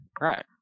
Right